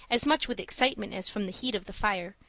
as much with excitement as from the heat of the fire,